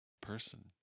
person